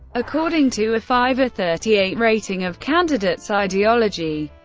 according to a fivethirtyeight rating of candidates' ideology,